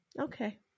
Okay